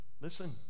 listen